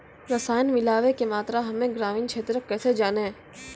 रसायन मिलाबै के मात्रा हम्मे ग्रामीण क्षेत्रक कैसे जानै?